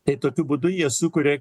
tai tokiu būdu jie sukuria